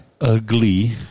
Ugly